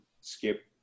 skip